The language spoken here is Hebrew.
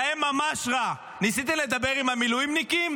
להם ממש רע, ניסיתם לדבר עם המילואימניקים?